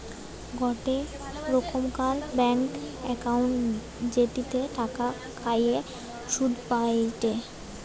গোটে রোকমকার bank account জেটিতে টাকা খতিয়ে শুধ পায়টে